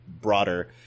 broader